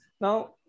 Now